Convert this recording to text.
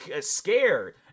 scared